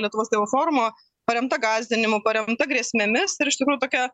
lietuvos tėvų forumo paremta gąsdinimu paremta grėsmėmis ir iš tikrųjų tokia